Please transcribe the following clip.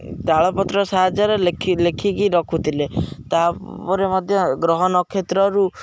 ତାଳପତ୍ର ସାହାଯ୍ୟରେ ଲେଖି ଲେଖିକି ରଖୁଥିଲେ ତା'ପରେ ମଧ୍ୟ ଗ୍ରହ ନକ୍ଷତ୍ରରୁ